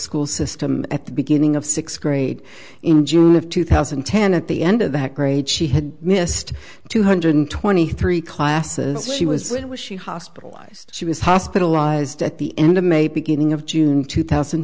school system at the beginning of sixth grade in june of two thousand and ten at the end of that grade she had missed two hundred twenty three classes she was it was she hospitalized she was hospitalized at the end of may beginning of june two thousand